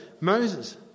Moses